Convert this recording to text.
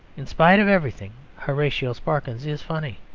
in spite of everything horatio sparkins is funny.